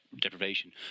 deprivation